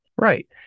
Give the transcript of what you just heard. Right